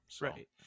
Right